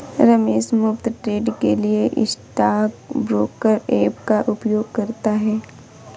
रमेश मुफ्त ट्रेड के लिए स्टॉक ब्रोकर ऐप का उपयोग करता है